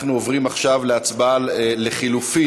אנחנו עוברים עכשיו להצבעה על לחלופין.